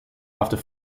after